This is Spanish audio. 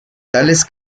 tales